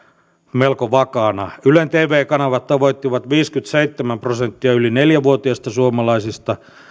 melko vakaana ylen tv kanavat tavoittivat viisikymmentäseitsemän prosenttia yli neljä vuotiaista suomalaisista